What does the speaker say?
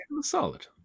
Solid